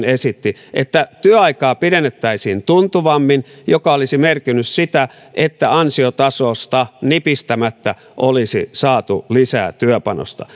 esitti että työaikaa pidennettäisiin tuntuvammin mikä olisi merkinnyt sitä että ansiotasosta nipistämättä olisi saatu lisää työpanosta